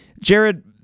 Jared